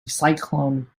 cyclone